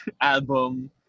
album